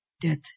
death